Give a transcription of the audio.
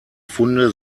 funde